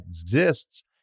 exists